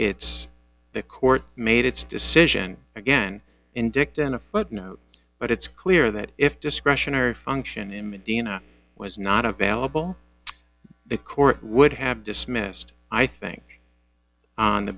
it's the court made its decision again in dicta in a footnote but it's clear that if discretionary function in medina was not available the court would have dismissed i